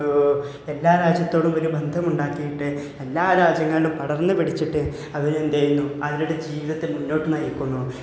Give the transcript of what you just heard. എല്ലാ രാജ്യത്തോടും ഒരു ഒരു ബന്ധം ഉണ്ടാക്കിയിട്ട് എല്ലാ രാജ്യങ്ങളും പടർന്ന് പിടിച്ചിട്ട് അവർ എന്ത് ചെയ്യുന്നു അവരുടെ ജീവിതത്തിൽ മുന്നോട്ട് നയിക്കുന്നു